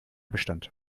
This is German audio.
bestand